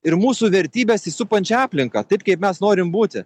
ir mūsų vertybes į supančią aplinką taip kaip mes norim būti